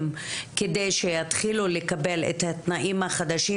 כדי שיתחילו לקבל את התנאים החדשים,